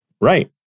Right